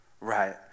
right